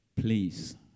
Please